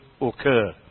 occur